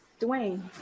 Dwayne